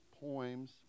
poems